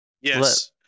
Yes